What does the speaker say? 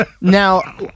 Now